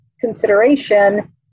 consideration